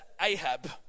Ahab